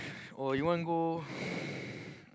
or you want go